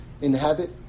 inhabit